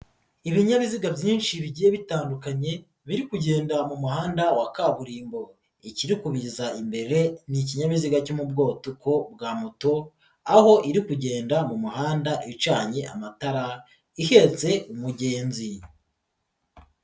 Ibinyabiziga byinshi bigiye bitandukanye biri kugenda mu muhanda wa kaburimbo, ikiri kubiza imbere ni ikinyabiziga cyo mu bwoko bwa moto aho iri kugenda mu muhanda icanye amatara ihetse umugenzi.